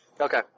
Okay